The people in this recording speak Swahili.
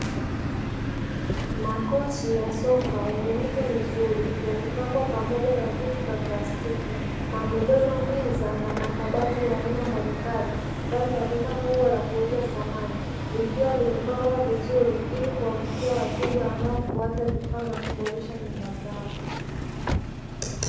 Makochi ya sofa yenye mito mizuri yamepangwa pamoja na viti vya plastiki, magodoro, meza na makabati ya aina mbalimbali ndani ya duka kubwa la kuuza samani, likiwa limepangwa vizuri ili kuwavutia wateja wanaofuata vifaa vya kuboresha nyumba zao.